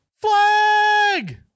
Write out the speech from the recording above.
Flag